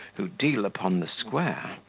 who deal upon the square,